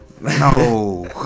no